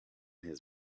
his